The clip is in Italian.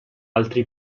altri